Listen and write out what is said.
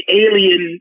alien